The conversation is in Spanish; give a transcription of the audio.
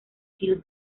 hill